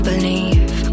believe